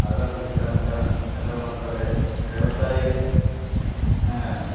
அது அப்படி தானுங்க என்ன பண்ணுறது விவசாயி ஆ